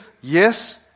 yes